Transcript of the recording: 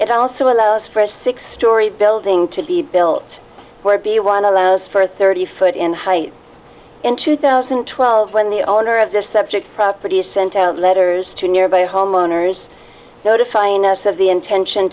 it also allows for a six story building to be built where b one allows for thirty foot in height in two thousand and twelve when the owner of this subject property is sent out letters to nearby homeowners notifying us of the intention